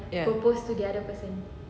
ya